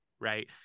right